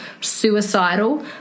suicidal